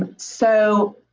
and so